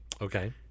Okay